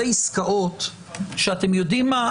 זה עסקאות שאתם יודעים מה,